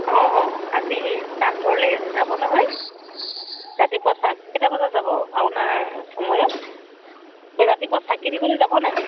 অঁ আজি নামঘৰলৈ যাব নহয় ৰাতিপুৱা চাৰি কেইটা বজাত যাব ভাওনাৰ সময়ত এই ৰাতিপুৱা চাকি দিবলৈ যাব নাই